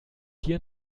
dir